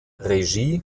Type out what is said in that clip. regie